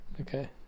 Okay